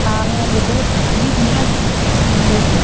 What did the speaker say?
हा ऊअं ॿुधो त आहे मुंहिंजी बुआजी तव्हांजी